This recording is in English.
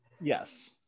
Yes